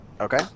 okay